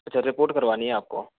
अच्छा रिपोर्ट करवानी है आपको